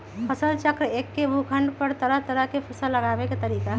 फसल चक्र एक्के भूखंड पर तरह तरह के फसल लगावे के तरीका हए